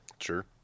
Sure